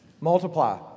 multiply